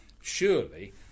surely